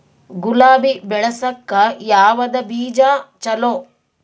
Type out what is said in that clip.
ಗುಲಾಬಿ ಬೆಳಸಕ್ಕ ಯಾವದ ಬೀಜಾ ಚಲೋ?